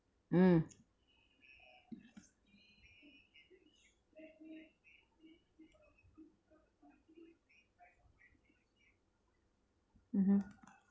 mm mmhmm